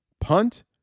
punt